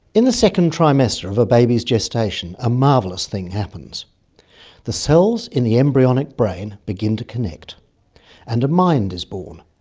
in the second trimester of a baby's gestation a marvellous thing happens the cells in the embryonic brain begin to connect and a mind is born.